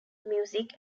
music